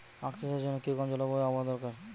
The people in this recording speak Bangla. আখ চাষের জন্য কি রকম জলবায়ু ও আবহাওয়া দরকার?